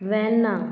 Verna